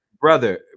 Brother